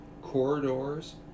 Corridors